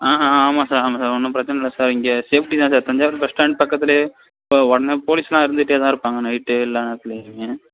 ஆ ஆ ஆமாம் சார் ஆமாம் சார் ஒன்றும் பிரச்சனை இல்லை சார் இங்கே சேஃப்ட்டி தான் சார் தஞ்சாவூர் பஸ் ஸ்டாண்ட் பக்கத்திலேயே உடனே போலீஸ்லாம் இருந்துகிட்டே தான் இருப்பாங்க நைட்டு எல்லா நேரத்துலேயுமே